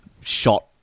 shot